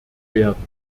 werden